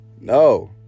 no